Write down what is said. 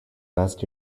last